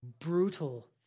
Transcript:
brutal